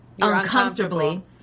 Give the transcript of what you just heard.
uncomfortably